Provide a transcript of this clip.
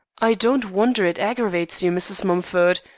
i don't wonder it aggravates you, mrs. mumford.